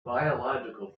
biological